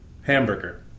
hamburger